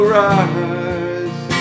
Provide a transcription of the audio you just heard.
rise